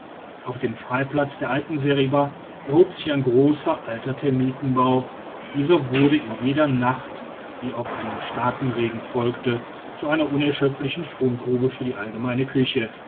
auf dem freiplatz der alten seriba erhob sich ein großer alter termitenbau dieser wurde in jeder nacht die auf einen starken regen folgte zu einer unerschöpflichen fundgrube für die allgemeine küche